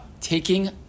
taking